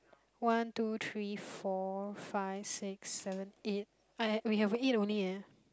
one two three four five six seven eight eh we have eight only eh